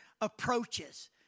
approaches